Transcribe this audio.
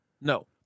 No